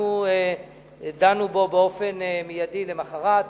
דנו בו באופן מיידי למחרת.